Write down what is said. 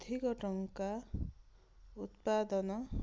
ଅଧିକ ଟଙ୍କା ଉତ୍ପାଦନ